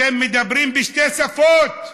אתם מדברים בשתי שפות: